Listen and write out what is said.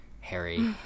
Harry